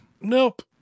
Nope